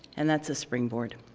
and that's a springboard.